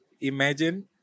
Imagine